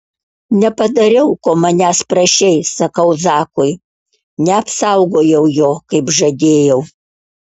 nepadariau ko manęs prašei sakau zakui neapsaugojau jo kaip žadėjau